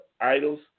idols